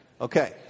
Okay